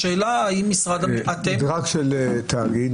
מדרג של תאגיד,